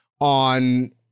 on